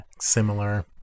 similar